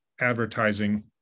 advertising